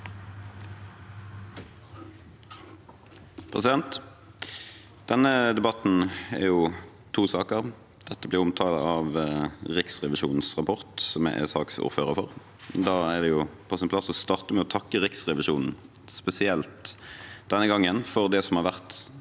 nr. 6): Denne debatten omhandler to saker, og dette blir en omtale av Riksrevisjonens rapport, som jeg er saksordfører for. Da er det på sin plass å starte med å takke Riksrevisjonen spesielt denne gangen for det som har vært